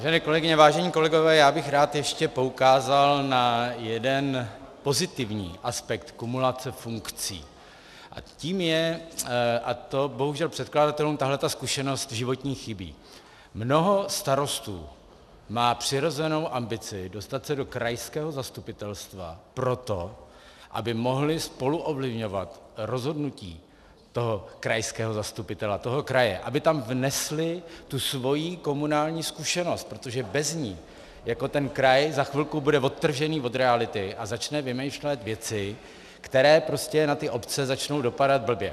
Vážené kolegyně, vážení kolegové, já bych rád ještě poukázal na jeden pozitivní aspekt kumulace funkcí, a tím je, a bohužel předkladatelům tahleta životní zkušenost chybí, mnoho starostů má přirozenou ambici dostat se do krajského zastupitelstva proto, aby mohli spoluovlivňovat rozhodnutí toho krajského zastupitelstva, toho kraje, aby tam vnesli svoji komunální zkušenost, protože bez ní jako ten kraj za chvilku bude odtržený od reality a začne vymýšlet věci, které na ty obce začnou dopadat blbě.